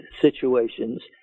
situations